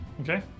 Okay